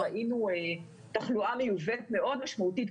ראינו תחלואה מיובאת מאוד משמעותית.